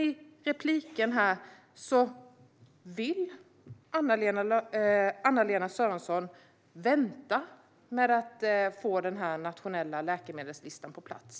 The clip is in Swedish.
I repliken låter det som att Anna-Lena Sörenson vill vänta med att få den nationella läkemedelslistan på plats.